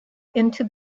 into